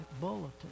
bulletin